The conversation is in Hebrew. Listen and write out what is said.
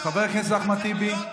חבר הכנסת אחמד טיבי.